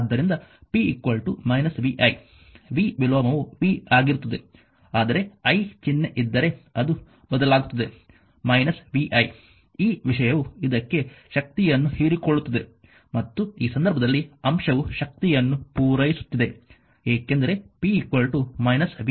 ಆದ್ದರಿಂದ p vi v ವಿಲೋಮವು v ಆಗಿರುತ್ತದೆ ಆದರೆ i ಚಿಹ್ನೆ ಇದ್ದರೆ ಅದು ಬದಲಾಗುತ್ತದೆ −vi ಈ ವಿಷಯವು ಇದಕ್ಕೆ ಶಕ್ತಿಯನ್ನು ಹೀರಿಕೊಳ್ಳುತ್ತದೆ ಮತ್ತು ಈ ಸಂದರ್ಭದಲ್ಲಿ ಅಂಶವು ಶಕ್ತಿಯನ್ನು ಪೂರೈಸುತ್ತಿದೆ ಏಕೆಂದರೆ p vi